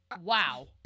wow